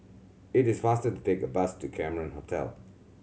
it is faster to take a bus to Cameron Hotel